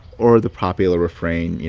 or the popular refrain, you